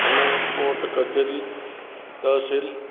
ଆମେ କୋର୍ଟ କଚେରୀ ତହସିଲ୍